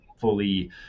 fully